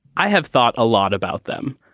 i have thought a lot about them.